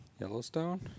yellowstone